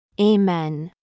Amen